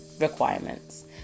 requirements